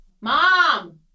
Mom